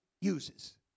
uses